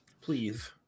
Please